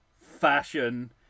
fashion